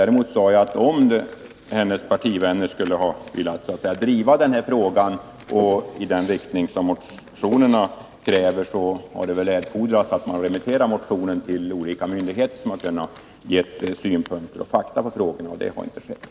Däremot sade jag att om Gullan Lindblads partivänner skulle ha velat driva den här frågan i den riktning som motionärerna kräver, så hade det väl erfordrats att man remitterat motionen till olika myndigheter som hade kunnat framföra synpunkter och redovisa fakta. Det har inte skett.